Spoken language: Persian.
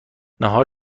نهار